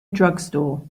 drugstore